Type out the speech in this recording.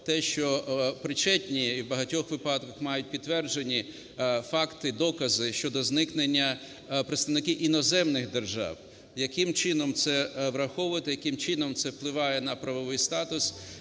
те, що причетні, і в багатьох випадках мають підтверджені факти, докази щодо зникнення, представники іноземних держав. Яким чином це враховувати, яким чином це впливає на правовий статус